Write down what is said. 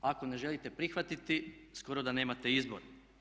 Ako ne želite prihvatiti skoro da nemate izbor.